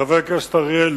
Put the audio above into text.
חבר הכנסת אריאל,